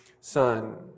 son